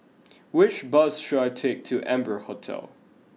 which bus should I take to Amber Hotel